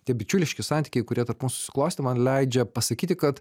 tie bičiuliški santykiai kurie tarp mūsų susiklostė man leidžia pasakyti kad